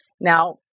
Now